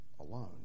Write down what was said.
alone